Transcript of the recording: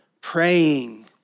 Praying